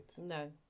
No